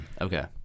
Okay